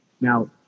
Now